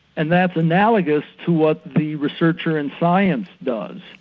and that's analogous what the researcher in science does.